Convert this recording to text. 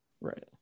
Right